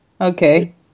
okay